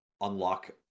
unlock